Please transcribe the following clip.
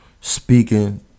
speaking